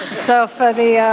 so for the yeah